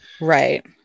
Right